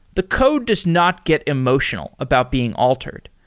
the code does not get emotional about being altered,